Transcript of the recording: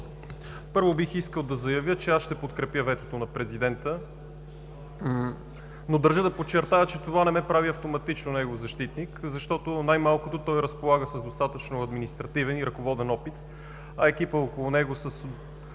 Първо, бих искал да заявя, че аз ще подкрепя ветото на президента, но държа да подчертая, че това не ме прави автоматично негов защитник, защото най-малкото той разполага с достатъчно административен и ръководен опит, а екипът около него -